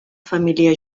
família